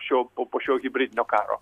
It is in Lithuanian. šio po po šio hibridinio karo